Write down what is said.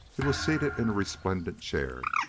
it was seated in a resplendent chair,